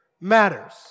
matters